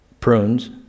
prunes